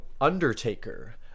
Undertaker